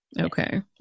okay